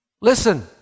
Listen